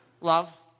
Love